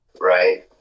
right